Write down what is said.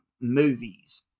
movies